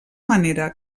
manera